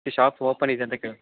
shop open ಇದೆಯಾ ಅಂತ ಕೇಳ್